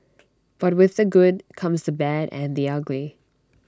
but with the good comes the bad and the ugly